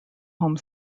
home